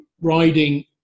riding